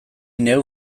neu